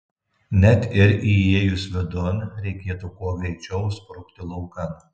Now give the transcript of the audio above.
net ir įėjus vidun reikėtų kuo greičiau sprukti laukan